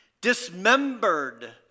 dismembered